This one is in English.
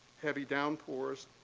heavy downpours,